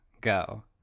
go